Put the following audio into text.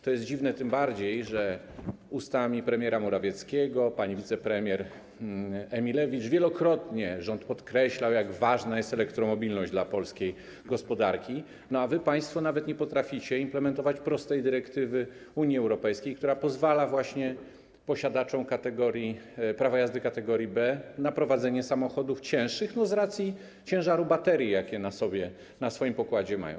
To jest dziwne tym bardziej, że ustami premiera Morawieckiego i pani wicepremier Emilewicz wielokrotnie rząd podkreślał, jak ważna jest elektromobilność dla polskiej gospodarki, a państwo nawet nie potraficie implementować prostej dyrektywy Unii Europejskiej, która pozwala właśnie posiadaczom prawa jazdy kategorii B na prowadzenie samochodów cięższych z racji ciężaru baterii, jakie na swoim pokładzie mają.